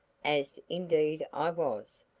as indeed i was,